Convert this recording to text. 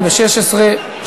הצעת החוק התקבלה בקריאה טרומית,